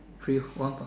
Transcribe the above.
free one plus